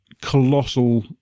colossal